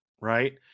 right